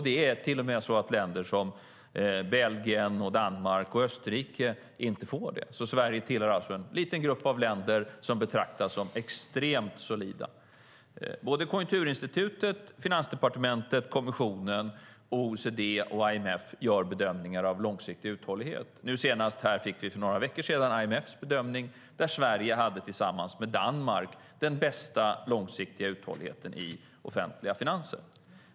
Det är till och med så att länder som Belgien, Danmark och Österrike inte får det. Sverige tillhör alltså en liten grupp av länder som betraktas som extremt solida. Såväl Konjunkturinstitutet som Finansdepartementet, kommissionen, OECD och IMF gör bedömningar av långsiktig uthållighet. Senast för några veckor sedan kom IMF:s bedömning, där Sverige tillsammans med Danmark hade den bästa långsiktiga uthålligheten i offentliga finanser.